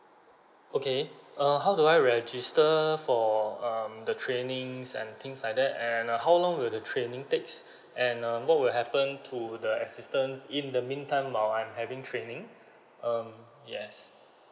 okay err how do I register for um the trainings and things like that and uh how long will the training takes and um what will happen to the assistance in the meantime while I'm having training um yes